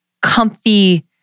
comfy